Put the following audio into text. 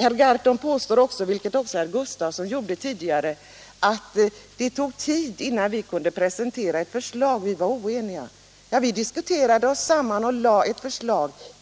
Herr Gahrton påstår, vilket också socialministern gjorde tidigare, att det tog tid innan socialdemokraterna kunde presentera ett förslag, vi var oeniga. Vi diskuterade oss samman och lade fram ett